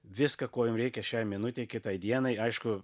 viską ko jum reikia šiai minutei kitai dienai aišku